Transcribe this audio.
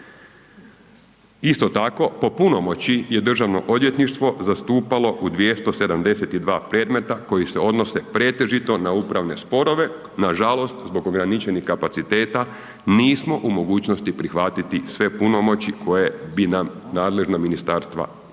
Isto tako, po punomoći je državno odvjetništvo zastupalo u 272 premeta koji se odnose pretežito na upravne sporove, nažalost zbog ograničenih kapaciteta nismo u mogućnosti prihvatiti sve punomoći koje bi nam nadležna ministarstva dala